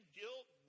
guilt